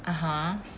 (uh huh)